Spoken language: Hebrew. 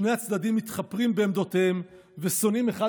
שני הצדדים מתחפרים בעמדותיהם ושונאים אחד